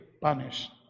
punished